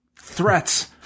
threats